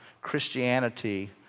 Christianity